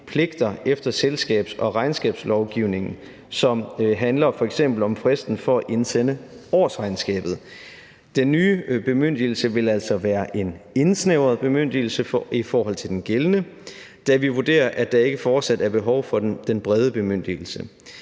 pligter efter selskabs- og regnskabslovgivningen, som f.eks. handler om fristen for at indsende årsregnskab. Den nye bemyndigelse vil altså være en indsnævret bemyndigelse i forhold til den gældende, da vi vurderer, at der ikke fortsat er behov for den brede bemyndigelse.